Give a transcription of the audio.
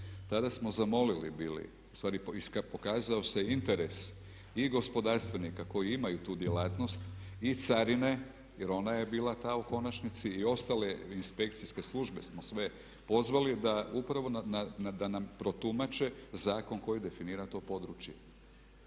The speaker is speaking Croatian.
tada smo zamolili bili, ustvari pokazao se interes i gospodarstvenika koji imaju tu djelatnost i carine jer ona je bila ta u konačnici i ostale inspekcijske službe smo sve pozvali da upravo da nam protumače zakon koji definira to područje.